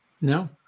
No